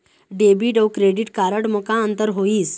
Debit अऊ credit card म का अंतर होइस?